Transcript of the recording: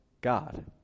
God